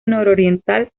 nororiental